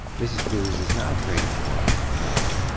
mrs. boose is not afraid of corbin anymore.